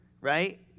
right